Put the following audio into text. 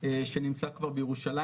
שנמצא כבר בירושלים,